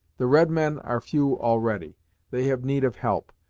the red men are few already they have need of help.